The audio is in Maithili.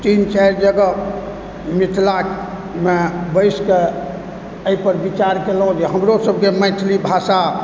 तीन चारि जगह मिथिलामे बसिके एहिपर विचार केलहुँ जे हमरोसभकेँ मैथिली भाषा